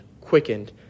quickened